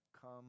come